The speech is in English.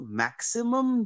maximum